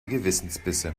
gewissensbisse